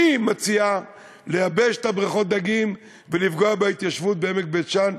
מציעה לייבש את בריכות הדגים ולפגוע בהתיישבות בעמק בית-שאן.